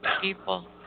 people